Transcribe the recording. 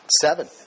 Seven